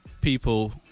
people